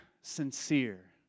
sincere